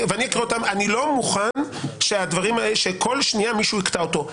אני לא מוכן שכל שנייה מישהו יקטע אותו.